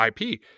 IP